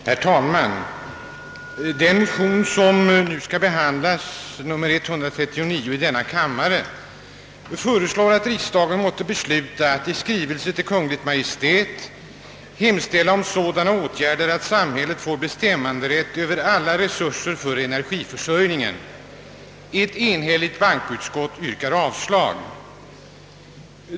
Herr talman! Den motion som nu skall behandlas, nr 139 i denna kammare, föreslår att riksdagen måtte besluta »att i skrivelse till Kungl. Maj:t hemställa om sådana åtgärder att samhället får bestämmanderätten över alla re surser för energiförsörjningen». Ett enhälligt bankoutskott yrkar avslag på motionen.